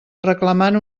reclamant